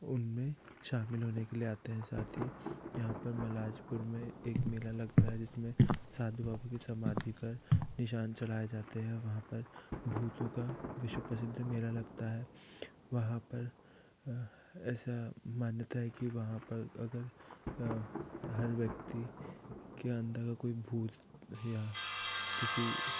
उनमें शामिल होने के लिए आते हैं साथ ही यहाँ पर मलाजपुर में एक मेला लगता है जिसमें साधु बाबू कि समाधि पर निशान चढ़ाए जाते हैं वहाँ पर भूतों का विश्व प्रसिद्ध मेला लगता है वहाँ पर ऐसी मान्यता है कि वहाँ पर अगर हर व्यक्ति के अंदर कोई भूत या किसी